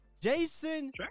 Jason